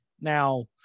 now